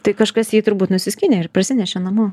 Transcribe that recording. tai kažkas jį turbūt nusiskynė ir parsinešė namo